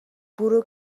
bwrw